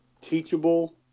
teachable